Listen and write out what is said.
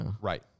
Right